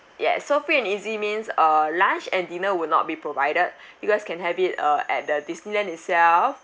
yes so free and easy means uh lunch and dinner will not be provided you guys can have it uh at the disneyland itself